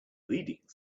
leading